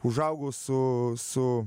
užaugo su su